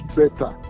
better